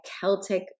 Celtic